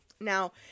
Now